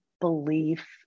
belief